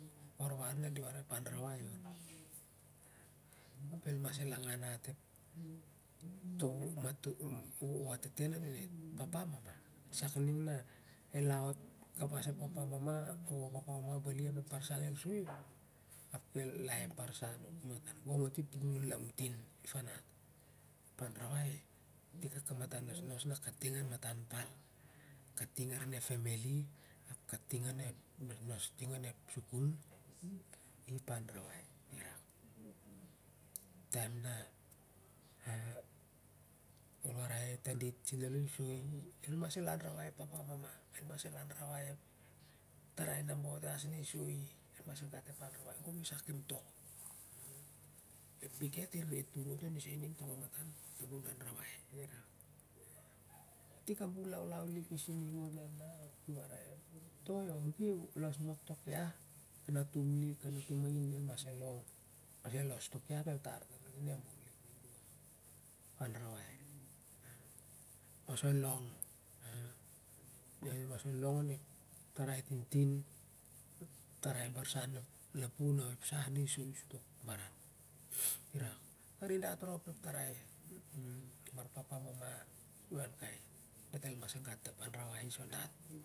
Ep warwar na di warai ep anrawai el mas gat ap el mas gat ep watete nun ep papa mama el aot kabar ep papa mama onep papa mama onep papa mama bali ap el lai ep ban san gong ati ep puklun lantin epfarat suna kating aa matar pal kating onep family kating onep nosnos onep sikul ip anrawai irak. Taim na a ol mas warai i sen al el mas anrawai ep papa mama el mas anrawai ai malo ni soi el mas long gong i sakim tong el mas gat ep anrawai tik a bun lik i sinong ot ap ki rat toi o gew o los pas bong kak ting ian antun ain lik ning elmas gat ep anrawai